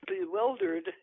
bewildered